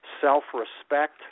self-respect